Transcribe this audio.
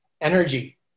energy